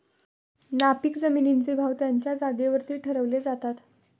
नापीक जमिनींचे भाव त्यांच्या जागेवरती ठरवले जातात